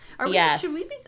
Yes